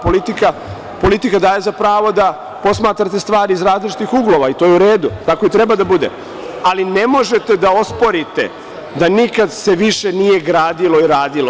Politika daje za pravo da posmatrate stvari iz različitih uglova i to je u redu, tako i treba da bude, ali ne možete da osporite da nikad se više nije gradilo i radilo.